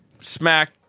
smack